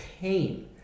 pain